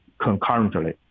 concurrently